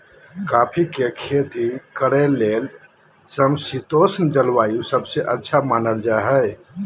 coffee के खेती करे ले समशितोष्ण जलवायु सबसे अच्छा मानल जा हई